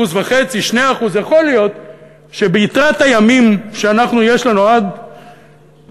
1.5%, 2% יכול להיות שביתרת הימים שיש לנו עד